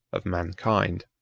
of mankind.